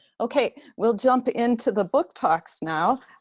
okay, we'll jump into the book talks now.